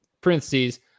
parentheses